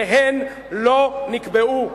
והן לא נקבעו.